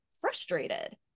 frustrated